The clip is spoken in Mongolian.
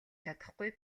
чадахгүй